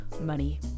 money